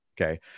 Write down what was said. Okay